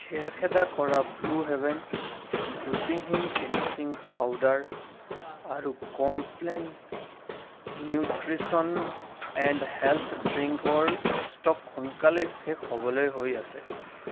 খেৰখেদা কৰা blue heaven ত্ৰুটিহীন finishing powder আৰু কমপ্লেন নিউট্ৰিচন এণ্ড হেল্থ ড্ৰিংকৰ ষ্ট'ক সোনকালে শেষ হ'বলৈ হৈ আছে